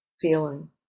feeling